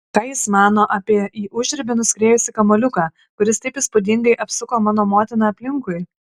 ką jis mano apie į užribį nuskriejusi kamuoliuką kuris taip įspūdingai apsuko mano motiną aplinkui